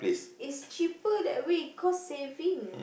is cheaper that way cost saving